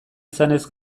izanez